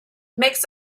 makes